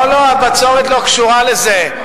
לא, לא, הבצורת לא קשורה לזה.